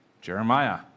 Jeremiah